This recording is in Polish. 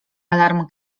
alarm